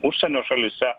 užsienio šalyse